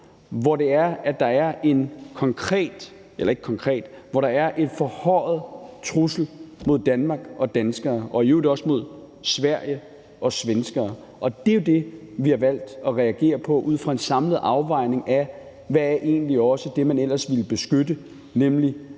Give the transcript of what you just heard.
hvor der er et forhøjet trusselsniveau mod Danmark og danskere og i øvrigt også mod Sverige og svenskere. Det er det, vi har valgt at reagere på. Det gør vi ud fra en samlet afvejning af, hvad man egentlig ville beskytte imod, nemlig